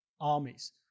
armies